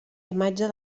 imatge